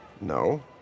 No